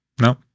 No